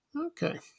okay